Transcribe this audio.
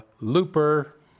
Looper